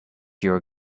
your